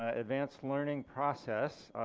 ah advanced learning process.